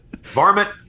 Varmint